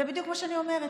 זה בדיוק מה שאני אומרת,